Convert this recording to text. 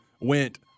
went